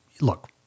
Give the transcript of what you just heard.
look